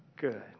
Good